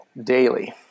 daily